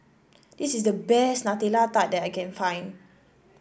this is the best Nutella Tart that I can find